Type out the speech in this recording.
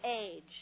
age